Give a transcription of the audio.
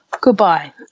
Goodbye